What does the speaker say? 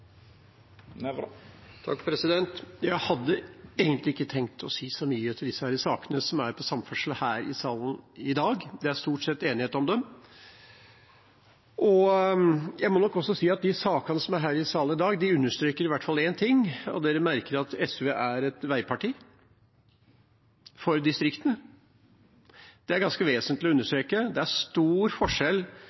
Jeg hadde egentlig ikke tenkt å si så mye om de sakene som er om samferdsel her i salen i dag. Det er stort sett enighet om dem. Jeg må nok også si at de sakene som er her i salen i dag, understreker i hvert fall én ting, at en merker at SV er et veiparti – for distriktene. Det er ganske vesentlig å understreke. Det er stor